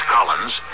Collins